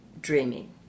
dreaming